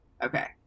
okay